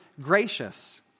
gracious